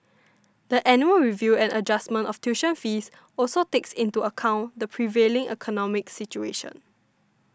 the annual review and adjustment of tuition fees also takes into account the prevailing economic situation